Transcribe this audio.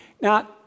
Now